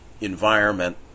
environment